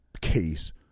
case